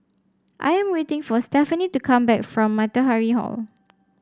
I am waiting for Stephany to come back from Matahari Hall